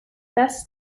best